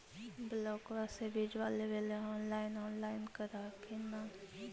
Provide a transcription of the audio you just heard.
ब्लोक्बा से बिजबा लेबेले ऑनलाइन ऑनलाईन कर हखिन न?